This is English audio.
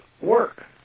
work